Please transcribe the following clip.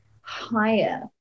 higher